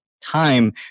time